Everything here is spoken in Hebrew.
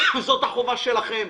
זאת החובה שלכם,